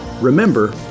Remember